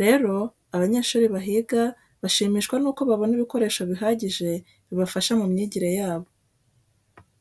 Rero abanyeshuri bahiga bashimishwa nuko babona ibikoresho bihagije bibafasha mu myigire yabo.